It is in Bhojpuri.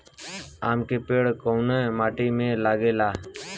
आम के पेड़ कोउन माटी में लागे ला?